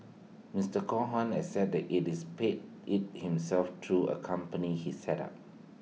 Mister Cohen has said IT is paid IT himself through A company he set up